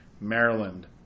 Maryland